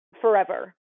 forever